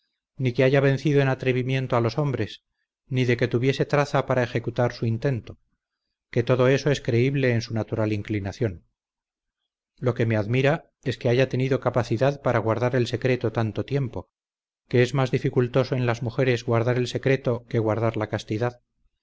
ni que haya vencido en atrevimiento a los hombres ni de que tuviese traza para ejecutar su intento que todo eso es creíble en su natural inclinación lo que me admira es que haya tenido capacidad para guardar el secreto tanto tiempo que es mas dificultoso en las mujeres guardar el secreto que guardar la castidad